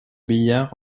billard